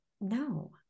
No